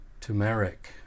turmeric